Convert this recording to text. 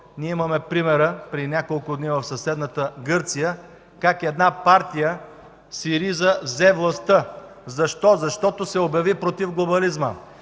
ние имаме примера преди няколко дни в съседна Гърция как една партия СИРИЗА взе властта. Защо? – Защото се обяви против глобализма,